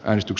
äänestys